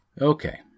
Okay